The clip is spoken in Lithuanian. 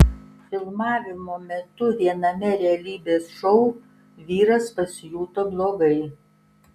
filmavimo metu viename realybės šou vyras pasijuto blogai